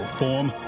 form